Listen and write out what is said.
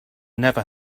never